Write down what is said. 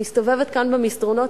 אני מסתובבת כאן במסדרונות,